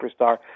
superstar